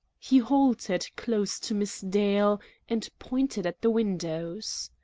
he halted close to miss dale and pointed at the windows.